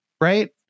Right